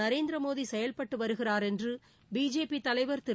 நரேந்திரமோடி செயல்பட்டு வருகிறார் என்று பிஜேபி தலைவர் திரு